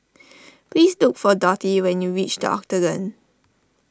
please look for Dottie when you reach the Octagon